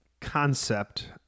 concept